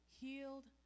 healed